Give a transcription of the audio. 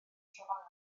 trofannol